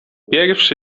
pierwszy